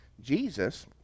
Jesus